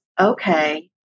okay